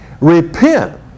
repent